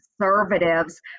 conservatives